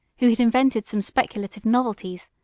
who had invented some speculative novelties,